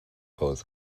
both